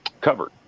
covered